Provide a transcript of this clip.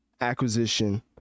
acquisition